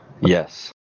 Yes